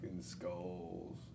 skulls